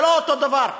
זה לא אותו הדבר,